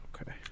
Okay